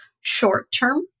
short-term